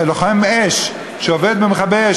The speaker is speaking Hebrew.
לוחם אש שעובד במכבי אש,